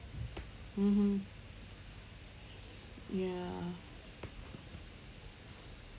mmhmm ya